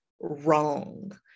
wrong